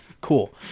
cool